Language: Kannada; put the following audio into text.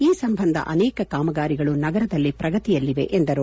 ಈ ಸಂಬಂಧ ಅನೇಕ ಕಾಮಗಾರಿಗಳು ನಗರದಲ್ಲಿ ಪ್ರಗತಿಯಲ್ಲಿವೆ ಎಂದರು